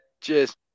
Cheers